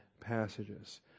passages